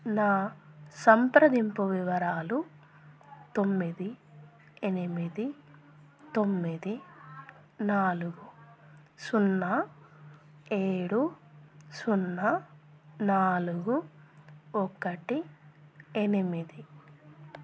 నా సంప్రదింపు వివరాలు తొమ్మిది ఎనిమిది తొమ్మిది నాలుగు సున్నా ఏడు సున్నా నాలుగు ఒకటి ఎనిమిది